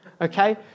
okay